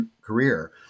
career